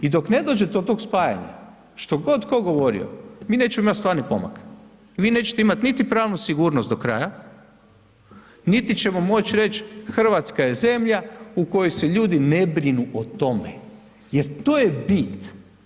I dok ne dođe do tog spajanja, što god tko govorio, mi nećemo imati stvarni pomak, vi nećete imati niti pravnu sigurnost do kraja, niti ćemo moći reći Hrvatska je zemlja u kojoj se ljudi ne brinu o tome, jer to je bit.